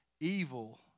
evil